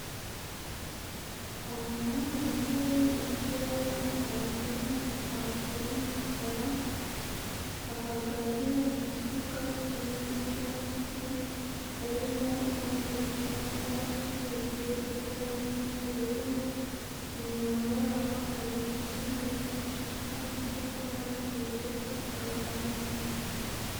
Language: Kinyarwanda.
Abantu bambaye imipira y'umuhondo n'amapantaro y'umukara bahagaze mu kibuga kirimo ibyatsi, harimo umwicungo usize ibara ry'ubururu, inyuma yabo hari inzu yubakishije amatafari ahiye isakaje amabati.